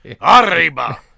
Arriba